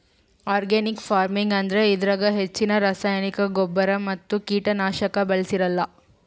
organic farming ಅಂದ್ರ ಇದ್ರಾಗ್ ಹೆಚ್ಚಿನ್ ರಾಸಾಯನಿಕ್ ಗೊಬ್ಬರ್ ಮತ್ತ್ ಕೀಟನಾಶಕ್ ಬಳ್ಸಿರಲ್ಲಾ